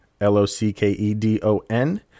L-O-C-K-E-D-O-N